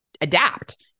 adapt